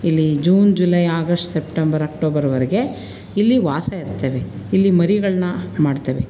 ಇಲ್ಲಿ June July August September ಅಕ್ಟೋಬರ್ವರೆಗೆ ಇಲ್ಲಿ ವಾಸ ಇರ್ತವೆ ಇಲ್ಲಿ ಮರಿಗಳನ್ನ ಮಾಡ್ತವೆ